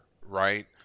right